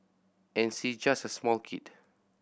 and she just a small kid